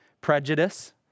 prejudice